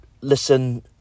listen